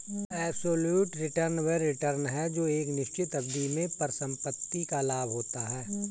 absolute return वह return है जो एक निश्चित अवधि में परिसंपत्ति का लाभ होता है